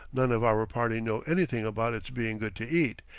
none of our party know anything about its being good to eat,